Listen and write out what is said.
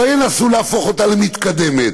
לא ינסו להפוך אותה למתקדמת.